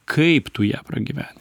kaip tu ją pragyveni